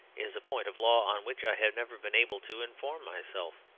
is a point of law on which i have never been able to inform myself.